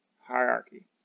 hierarchy